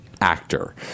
actor